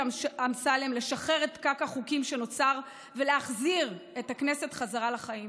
אמסלם לשחרר את פקק החוקים שנוצר ולהחזיר את הכנסת חזרה לחיים.